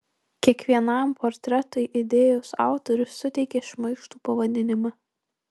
kiekvienam portretui idėjos autorius suteikė šmaikštų pavadinimą